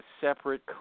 separate